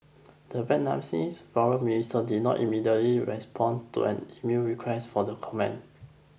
the Vietnamese foreign ministry did not immediately respond to an emailed request for the comment